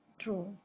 true